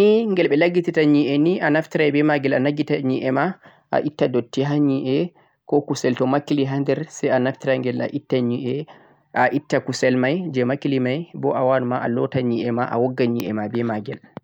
kudhel ni ghel beh laggititta nyi'e ni a naftirai beh maghel a laggita nyi'e ma a itta dutti ha nyi'e ko kusel to makili ha der sai a naftira ghel a itta kusel mai jeh maakili mai boh a wawan ma a lota nyi'e ma a wogga nyi'e ma beh maghel